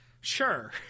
sure